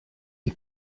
den